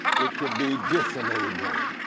it can be dis-enabling.